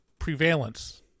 Prevalence